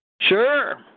Sure